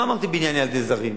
מה אמרתי בענייני ילדי זרים,